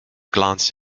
glanced